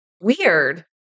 weird